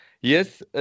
yes